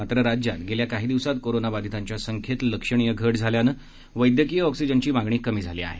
मात्र राज्यात गेल्या काही दिवसात करोनाबाधितांच्या संख्येत लक्षणीय घट झाल्यामुळे वैद्यकीय ऑक्सिजनची मागणी कमी झाली आहे